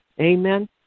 Amen